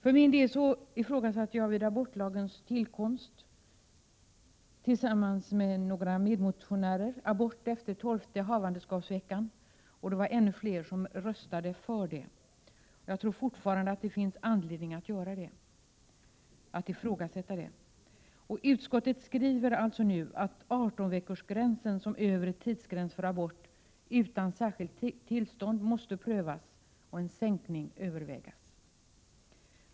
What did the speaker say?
För min del ifrågasatte jag vid abortlagens tillkomst tillsammans med några medmotionärer abort efter tolfte havandeskapsveckan, och det var ännu fler som röstade för det. Jag tror fortfarande att det finns anledning att ifrågasätta det. Utskottet skriver alltså nu att 18-veckorsgränsen som övre tidsgräns för abort utan särskilt tillstånd måste prövas och en sänkning övervägas.